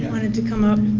wanted to come up.